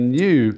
new